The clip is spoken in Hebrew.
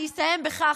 אני אסיים בכך,